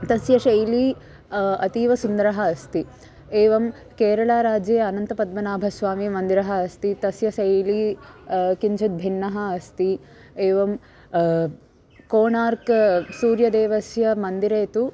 तस्याः शैली अतीव सुन्दरा अस्ति एवं केरलाराज्ये अनन्तपद्मनाभस्वामीमन्दिरम् अस्ति तस्य शैली किञ्चित् भिन्नम् अस्ति एवं कोनार्क् सूर्यदेवस्य मन्दिरे तु